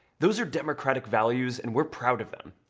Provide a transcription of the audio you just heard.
those are democratic values and we're proud of them.